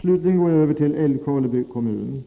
Slutligen går jag över till Älvkarleby kommun.